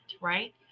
right